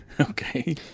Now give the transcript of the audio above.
Okay